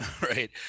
right